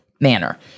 manner